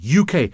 UK